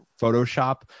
Photoshop